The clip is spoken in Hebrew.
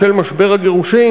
בשל משבר הגירושים,